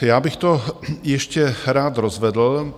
Já bych to ještě rád rozvedl.